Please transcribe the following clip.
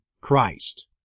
Christ